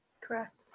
Correct